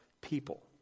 people